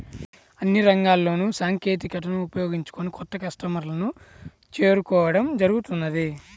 అన్ని రంగాల్లోనూ సాంకేతికతను ఉపయోగించుకొని కొత్త కస్టమర్లను చేరుకోవడం జరుగుతున్నది